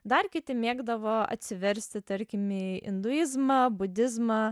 dar kiti mėgdavo atsiversti tarkime į induizmą budizmą